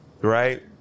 right